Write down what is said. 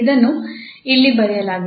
ಇದನ್ನು ಇಲ್ಲಿ ಬರೆಯಲಾಗಿದೆ